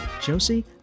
Josie